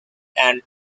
and